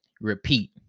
repeat